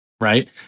right